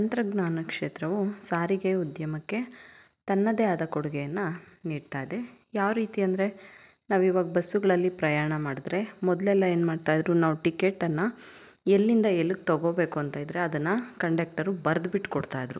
ತಂತ್ರಜ್ಞಾನ ಕ್ಷೇತ್ರವು ಸಾರಿಗೆ ಉದ್ಯಮಕ್ಕೆ ತನ್ನದೇ ಆದ ಕೊಡುಗೆಯನ್ನು ನೀಡ್ತಾಯಿದೆ ಯಾವ ರೀತಿ ಅಂದರೆ ನಾವು ಇವಾಗ ಬಸ್ಸುಗಳಲ್ಲಿ ಪ್ರಯಾಣ ಮಾಡಿದ್ರೆ ಮೊದಲೆಲ್ಲ ಏನ್ಮಾಡ್ತಾಯಿದ್ರು ನಾವು ಟಿಕೇಟನ್ನು ಎಲ್ಲಿಂದ ಎಲ್ಲಿಗೆ ತಗೋಬೇಕು ಅಂತ ಇದ್ದರೆ ಅದನ್ನು ಕಂಡಕ್ಟರು ಬರೆದ್ಬಿಟ್ಟು ಕೊಡ್ತಾಯಿದ್ರು